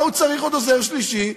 מה הוא צריך עוד עוזר שלישי?